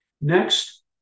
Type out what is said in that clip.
Next